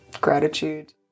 gratitude